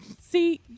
See